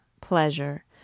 pleasure